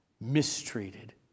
mistreated